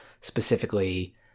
specifically